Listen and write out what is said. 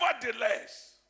nevertheless